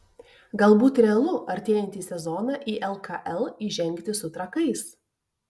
galbūt realu artėjantį sezoną į lkl įžengti su trakais